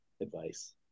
advice